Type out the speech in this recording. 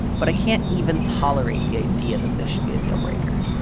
but i can't even tolerate the idea that there should be a dealbreaker.